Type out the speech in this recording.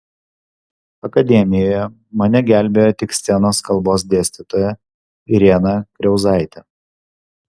akademijoje mane gelbėjo tik scenos kalbos dėstytoja irena kriauzaitė